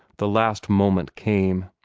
the last moment came.